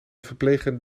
verplegen